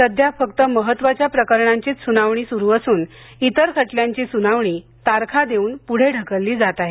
सध्या फक्त महत्त्वाच्या प्रकरणांचीच सुनावणी सध्या सुरू आहे तर इतर खटल्यांची सुनावणी तारखा देऊन पुढे ढकलली जात आहे